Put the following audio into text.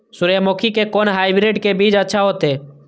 सूर्यमुखी के कोन हाइब्रिड के बीज अच्छा होते?